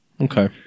Okay